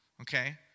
okay